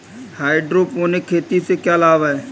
Hydroponic खेती से क्या लाभ हैं?